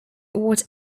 what